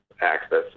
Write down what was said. access